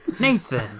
Nathan